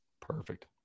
Perfect